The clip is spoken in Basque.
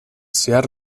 zehar